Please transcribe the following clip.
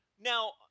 Now